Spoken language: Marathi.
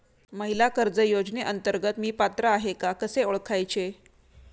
महिला कर्ज योजनेअंतर्गत मी पात्र आहे का कसे ओळखायचे?